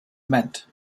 meant